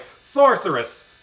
sorceress